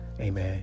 amen